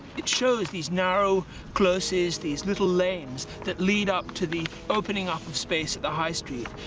it shows these narrow closes, these little lanes that lead up to the opening up of space at the high street.